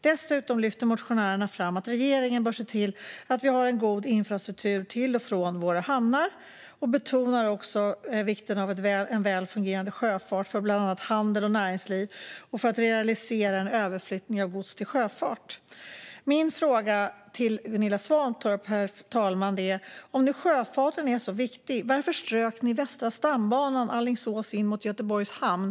Dessutom lyfter motionärerna fram att regeringen bör se till att vi har en god infrastruktur till och från våra hamnar, och de betonar också vikten av en väl fungerande sjöfart för bland annat handel och näringsliv och för att realisera en överflyttning av gods till sjöfart. Min fråga till Gunilla Svantorp, herr talman, är: Om nu sjöfarten är så viktig, varför strök man Västra stambanan från Alingsås in mot Göteborgs hamn?